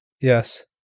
Yes